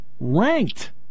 Ranked